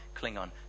Klingon